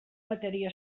matèria